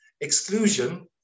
exclusion